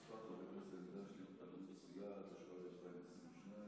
חברי הכנסת הנדרש להתפלגות סיעה), התשפ"ג 2022,